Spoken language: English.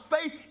faith